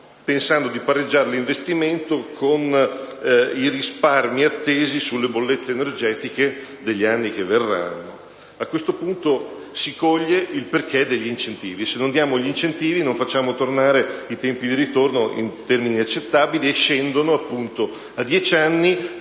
pensando di pareggiare l'investimento con i risparmi attesi sulle bollette energetiche degli anni che verranno. A questo punto, si coglie il perché degli incentivi: se non diamo gli incentivi, non facciamo tornare i tempi di ritorno in termini accettabili, che scendono appunto a dieci anni,